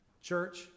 Church